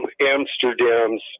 Amsterdam's